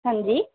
हां जी